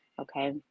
okay